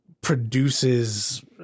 produces